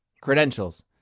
Credentials